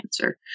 cancer